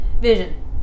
Vision